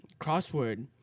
crossword